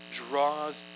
draws